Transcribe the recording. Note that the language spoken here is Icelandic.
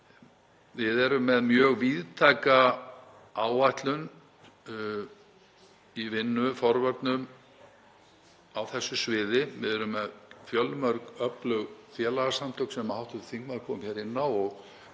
Við erum með mjög víðtæka áætlun í vinnu og forvörnum á þessu sviði. Við erum með fjölmörg öflug félagasamtök, sem hv. þingmaður kom inn á og